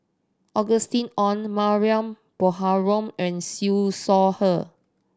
Ong Mariam Baharom and Siew Shaw Her